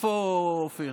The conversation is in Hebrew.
איפה אופיר?